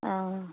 অঁ